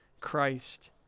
Christ